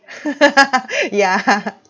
yeah